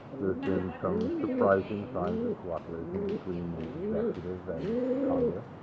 there's been some surprising signs of cooperation between the executive and the congress,